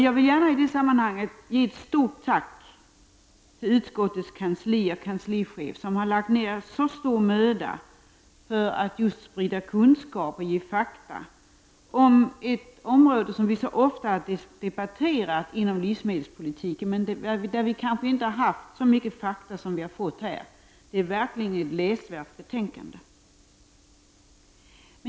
Jag vill gärna i detta sammanhang ge ett stort tack till utskottets kansli och kanslichef som lagt ner så stor möda för att sprida kunskap och ge fakta om ett område inom livsmedelspolitiken som vi så ofta debatterat men där vi kanske inte haft så mycket fakta som vi här fått. Detta är verkligen ett läsvärt betänkande.